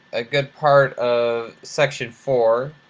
a good part of section four,